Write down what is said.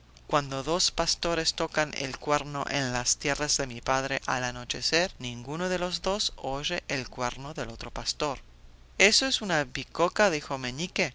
cuando dos pastores tocan el cuerno en las tierras de mi padre al anochecer ninguno de los dos oye el cuerno del otro pastor eso es una bicoca dijo meñique